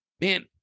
man